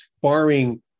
barring